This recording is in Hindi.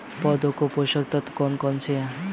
पौधों के पोषक तत्व कौन कौन से हैं?